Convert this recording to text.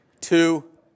two